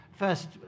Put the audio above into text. first